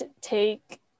take